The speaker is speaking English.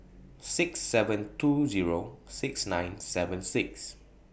six seven two Zero six nine seven six